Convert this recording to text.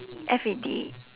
F A D